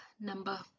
number